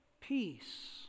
peace